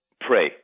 Pray